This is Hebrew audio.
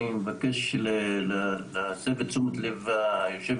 אני מבקש להסב את תשומת לב היושבת-ראש